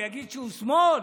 הוא יגיד שהוא שמאל?